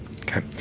Okay